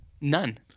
None